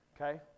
Okay